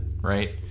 right